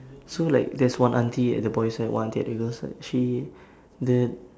so like there's one auntie at the boys' side one auntie at the girls' side she the